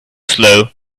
slow